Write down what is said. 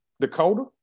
Dakota